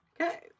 Okay